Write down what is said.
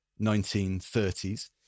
1930s